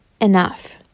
enough